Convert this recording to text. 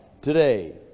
today